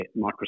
Microsoft